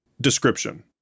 Description